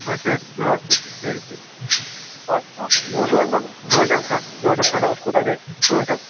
اچھا زٕ ہتھ رۄپیہ ٹھیٖک ٹھیٖک مےٚ اوس لگبگ گٲنٹَس گٲنٹَس کھنڈَس گٲنٹَس اتھ کوتاہ گَژھِ گٲنٹَس